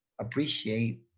appreciate